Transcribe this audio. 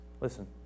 listen